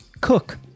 Cook